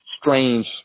strange